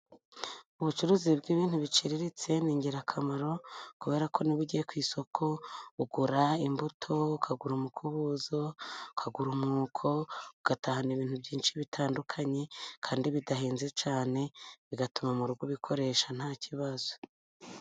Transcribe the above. Ubucuruzi bw'ibintu biciriritse ni ingirakamaro kubera ko niba ugiye ku isoko ugura imbuto, ukagura umukubuzo, ukagura umwuko ugatahana ibintu byinshi bitandukanye kandi bidahenze cyane bigatuma mu rugo ubikoresha nta kibazo.